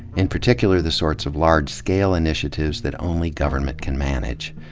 in particular, the sorts of large-scale initiatives that only government can manage.